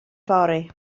fory